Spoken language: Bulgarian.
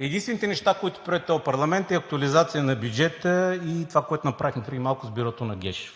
единствените неща, които прие този парламент, са актуализация на бюджета и това, което направихме преди малко с Бюрото на Гешев.